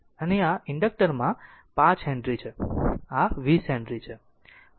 અને આ inductor 5 henry છે આ 20 હેનરી છે